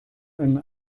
eine